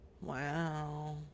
Wow